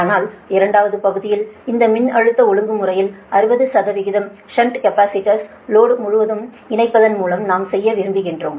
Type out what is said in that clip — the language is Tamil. ஆனால் இரண்டாவது பகுதியில் இந்த மின்னழுத்த ஒழுங்குமுறையின் 60 ஷன்ட் கேபஸிடர்ஸை லோடு முழுவதும் இணைப்பதன் மூலம் நாம் செய்ய விரும்புகிறோம்